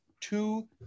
two